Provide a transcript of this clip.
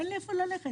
אין לי איפה ללכת.